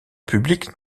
public